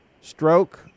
stroke